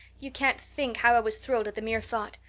you can't think how i was thrilled at the mere thought.